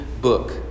book